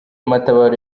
matabaro